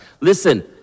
Listen